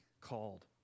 called